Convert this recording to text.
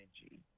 energy